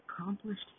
accomplished